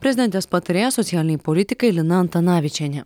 prezidentės patarėja socialinei politikai lina antanavičienė